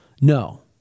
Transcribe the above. No